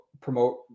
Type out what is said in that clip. promote